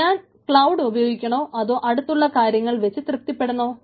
ഞാൻ ക്ലൌഡ് ഉപയോഗിക്കണോ അതോ അടുത്തുള്ള കാര്യങ്ങൾ വെച്ച് തൃപ്തിപ്പെടണോ